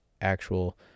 actual